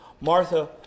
Martha